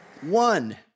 One